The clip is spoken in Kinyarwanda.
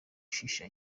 shisha